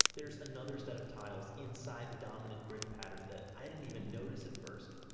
there's another set of tiles inside the dominant grid pattern that i didn't even notice at first.